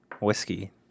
whiskey